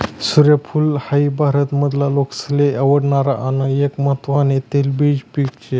सूर्यफूल हाई भारत मधला लोकेसले आवडणार आन एक महत्वान तेलबिज पिक से